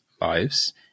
lives